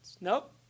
Nope